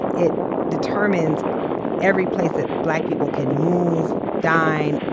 it determines every place that black people can move, dine,